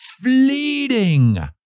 fleeting